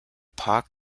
park